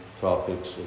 topics